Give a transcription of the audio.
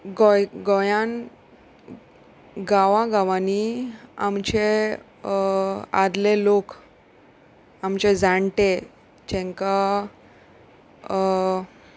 गोंय गोंयान गांवा गांवांनी आमचे आदले लोक आमचे जाणटे जांकां